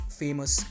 famous